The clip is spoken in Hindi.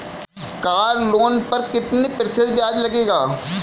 कार लोन पर कितने प्रतिशत ब्याज लगेगा?